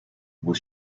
was